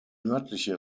nördliche